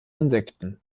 insekten